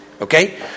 Okay